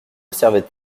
servait